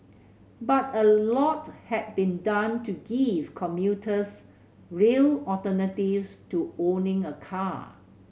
but a lot had been done to give commuters real alternatives to owning a car